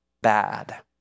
bad